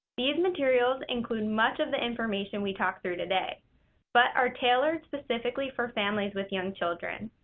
these materials include much of the information we talked through today but are tailored specifically for families with young children.